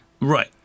Right